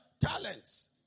talents